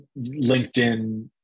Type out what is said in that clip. LinkedIn